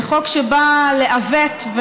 שבא לעוות,